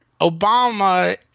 Obama